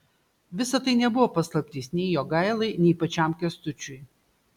visa tai nebuvo paslaptis nei jogailai nei pačiam kęstučiui